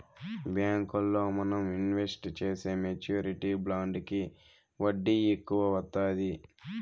బ్యాంకుల్లో మనం ఇన్వెస్ట్ చేసే మెచ్యూరిటీ బాండ్లకి వడ్డీ ఎక్కువ వత్తాది